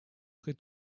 serez